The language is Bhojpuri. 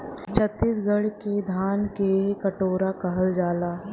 छतीसगढ़ के धान क कटोरा कहल जाला